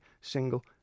single